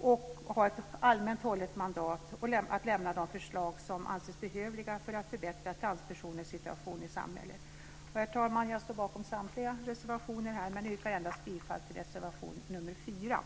och ha ett allmänt hållet mandat att lämna de förslag som anses behövliga för att förbättra transpersoners situation i samhället. Herr talman! Jag står bakom samtliga reservationer här, men yrkar endast bifall till reservation nr 4.